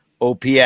OPS